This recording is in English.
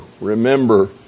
remember